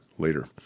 later